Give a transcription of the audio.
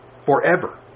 Forever